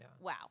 Wow